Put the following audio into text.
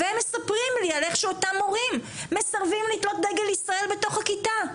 והם מספרים לי על איך שאותם מורים מסרבים לתלות דגל ישראל בתוך הכיתה.